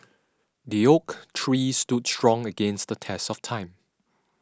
the oak tree stood strong against the test of time